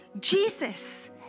Jesus